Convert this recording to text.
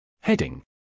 Heading